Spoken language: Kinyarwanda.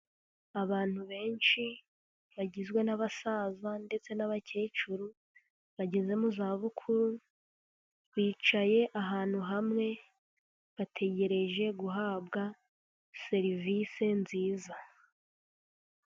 Abantu benshi bagizwe n'abasaza ndetse n'abakecuru bageze mu za bukuru, bicaye ahantu hamwe bategereje guhabwa serivisi nziza.